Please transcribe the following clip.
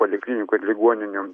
poliklinikų ir ligoninių